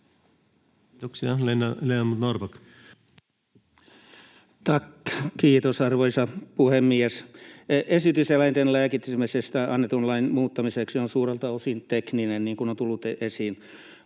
Content: Tack, kiitos, arvoisa puhemies! Esitys eläinten lääkitsemisestä annetun lain muuttamiseksi on suurelta osin tekninen, niin kuin on tullut esiin.